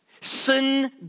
Sin